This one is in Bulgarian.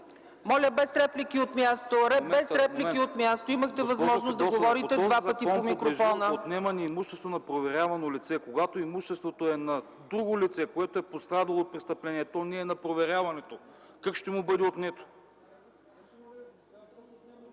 Моля без реплики от място! Имахте възможност да говорите два пъти от микрофона.